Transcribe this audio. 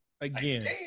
again